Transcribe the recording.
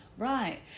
Right